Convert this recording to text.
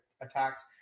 attacks